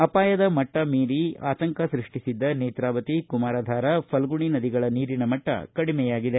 ಅಪಾಯದ ಮಟ್ಟ ಮೀರಿ ಪರಿದು ಆತಂಕ ಸೃಷ್ಟಿಸಿದ್ದ ನೇತ್ರಾವತಿ ಕುಮಾರಾಧಾರ ಫಲ್ಗಣಿ ನದಿಗಳ ನೀರಿನ ಮಟ್ಟ ಕಡಿಮೆಯಾಗಿದೆ